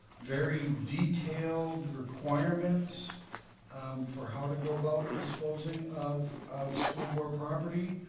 very detailed requirements for how to go about disposing of of school board property,